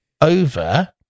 over